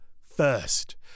first